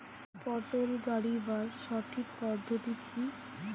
পটল গারিবার সঠিক পদ্ধতি কি?